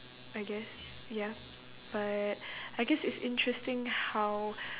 I guess ya but I guess it's interesting how